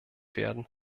werden